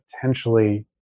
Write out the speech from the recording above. potentially